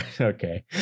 Okay